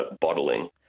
bottling